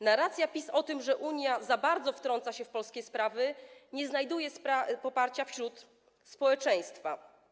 Narracja PiS o tym, że Unia za bardzo wtrąca się w polskie sprawy, nie znajduje poparcia w społeczeństwie.